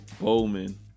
Bowman